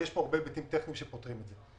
ויש פה הרבה היבטים טכניים שפותרים את זה.